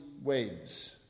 waves